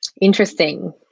Interesting